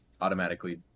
automatically